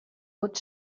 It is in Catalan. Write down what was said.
vot